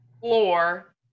floor